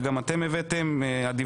גם אתם הבאתם את זה,